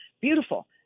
Beautiful